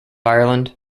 ireland